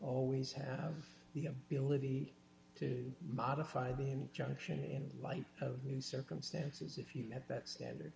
always have the ability to modify the junction in light of these circumstances if you met that standard